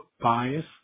Bias